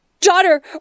daughter